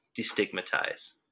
destigmatize